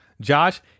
Josh